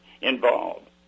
involved